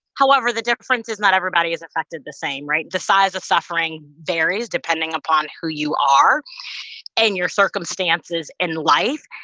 however, the difference is not everybody is affected the same, right? the size of suffering varies depending upon who you are and your circumstances in life.